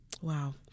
Wow